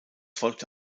folgte